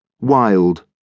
Wild